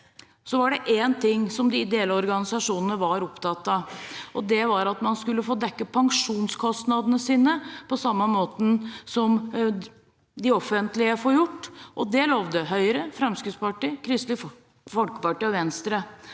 var det én ting de ideelle organisasjonene var opptatt av. Det var at man skulle få dekket pensjonskostnadene sine på samme måte som de offentlige får, og det lovte Høyre, Fremskrittspartiet, Kristelig Folkeparti og Venstre.